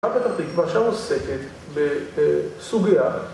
הפרשה עוסקת בסוגיה